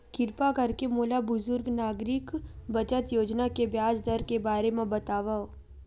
किरपा करके मोला बुजुर्ग नागरिक बचत योजना के ब्याज दर के बारे मा बतावव